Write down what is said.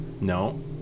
No